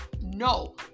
No